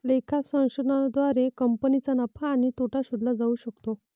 लेखा संशोधनाद्वारे कंपनीचा नफा आणि तोटा शोधला जाऊ शकतो